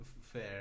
fair